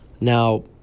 Now